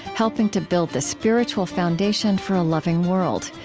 helping to build the spiritual foundation for a loving world.